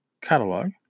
Catalog